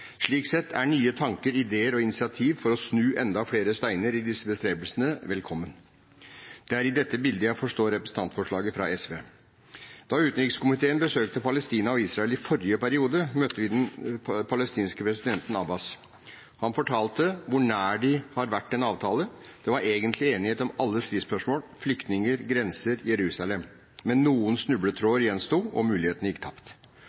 Slik sett er nye tanker, ideer og initiativ for å snu enda flere steiner i disse bestrebelsene velkommen. Det er i dette bildet jeg forstår representantforslaget fra SV. Da utenrikskomiteen besøkte Palestina og Israel i forrige periode, møtte vi den palestinske presidenten, Abbas. Han fortalte hvor nær de har vært en avtale. Det var egentlig enighet om alle stridsspørsmål, flyktninger, grenser, Jerusalem. Men noen snubletråder gjensto, og muligheten gikk tapt.